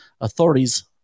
Authorities